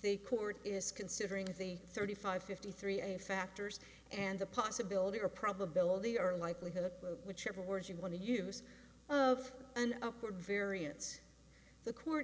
the court is considering the thirty five fifty three and factors and the possibility or probability or likelihood whichever word you want to use of an upward variance the court